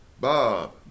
Bob